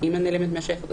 אימא נעלמת מהשטח,